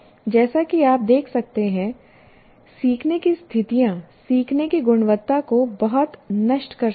जैसा कि आप देख सकते हैं सीखने की स्थितियाँ सीखने की गुणवत्ता को बहुत नष्ट कर सकती हैं